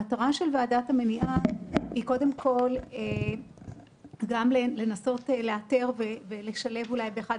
המטרה של ועדת המניעה היא קודם כל לנסות לאתר ולשלב באחד